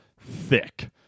thick